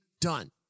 Done